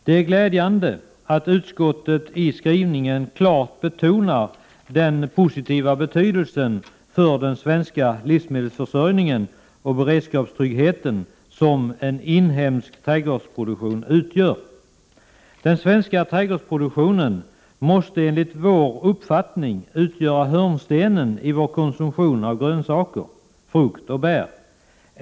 Det är glädjande att utskottet i sin skrivning klart betonar den positiva betydelsen för den svenska livsmedelsförsörjningen och beredskapstryggheten som en inhemsk trädgårdsproduktion utgör. Den svenska trädgårdsproduktionen måste enligt vår uppfattning utgöra hörnstenen i vår konsumtiom av grönsaker, frukt och bär.